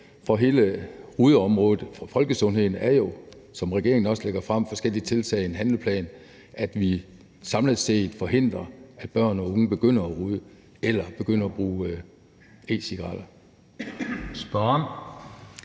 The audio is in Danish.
for hele rygeområdet og for folkesundheden er jo, som regeringen også lægger frem, forskellige tiltag, en handleplan, så vi samlet set forhindrer, at børn og unge begynder at ryge eller begynder at bruge e-cigaretter.